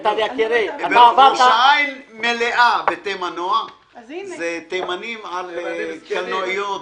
ראש עין מלאה בתימנוע, זה תימנים על קלנועיות.